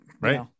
right